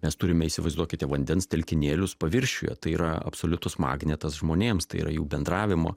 mes turime įsivaizduokite vandens telkinėlius paviršiuje tai yra absoliutus magnetas žmonėms tai yra jų bendravimo